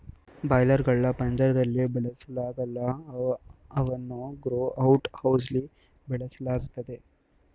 boiler ಗಳ್ನ ಪಂಜರ್ದಲ್ಲಿ ಬೆಳೆಸಲಾಗಲ್ಲ ಅವನ್ನು ಗ್ರೋ ಔಟ್ ಹೌಸ್ಲಿ ಬೆಳೆಸಲಾಗ್ತದೆ